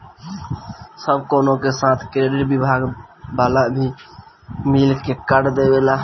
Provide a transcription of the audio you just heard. सब कवनो के साथ क्रेडिट विभाग वाला भी मिल के कार्ड देवेला